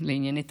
לענייני תקציב.